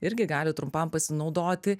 irgi gali trumpam pasinaudoti